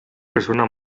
persona